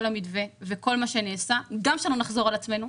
המתווה וכל מה שנעשה גם כדי שלא נחזור על עצמנו,